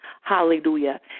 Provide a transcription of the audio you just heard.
Hallelujah